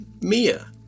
Mia